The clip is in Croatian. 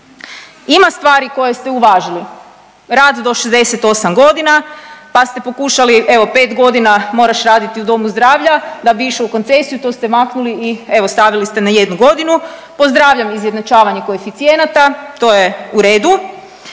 Ima stvari koje ste uvažili, rad do 68.g., pa ste pokušali evo 5.g. moraš raditi u domu zdravlja da bi išao u koncesiju, to ste maknuli i evo stavili ste na jednu godinu. Pozdravljam izjednačavanje koeficijenata, to je u redu,